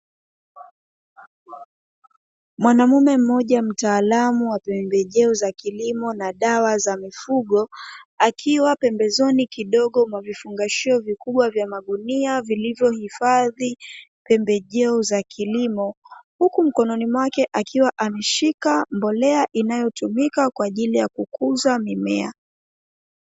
Mwanaume mmoja mtaalamu wa pembejeo za kilimo na dawa za mifugo, akiwa pembezoni kidogo mwa vifungashio vikubwa vya magunia vilivyohifadhi pembejeo za kilimo, huku mkononi mwake akiwa ameshika mbolea inayotumika kwa ajili ya kukuza mimea.